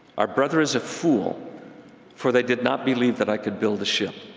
our brother is a fool for they did not believe that i could build a ship.